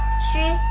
she